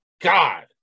God